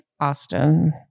Austin